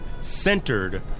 centered